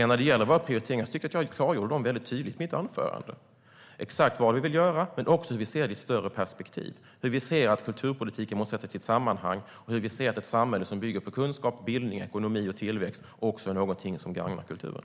När det gäller våra prioriteringar tycker jag att jag klargjorde dem tydligt i mitt anförande. Jag sa exakt vad vi vill göra men också hur vi ser det i ett större perspektiv. Vi menar att kulturpolitiken måste ses i sitt sammanhang och att ett samhälle som bygger på kunskap, bildning, ekonomi och tillväxt också gagnar kulturen.